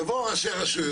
יבואו ראשי רשויות,